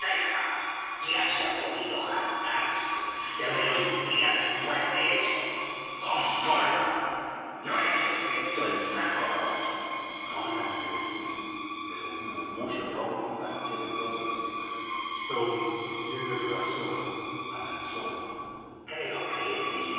haya podido jactarse de ver un día después de eso tom morgan no eches eso en saco roto morgan se detuvo pero un murmullo ronco partió de todos los demás tom tiene razón avanzó uno creo que